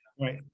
Right